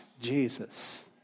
Jesus